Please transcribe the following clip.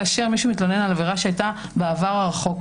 כאשר מישהו מתלונן על עבירה שהייתה בעבר הרחוק.